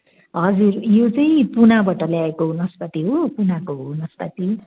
हजुर यो चाहिँ पुनाबाट ल्याएको नास्पाती हो पुनाको हो नास्पाती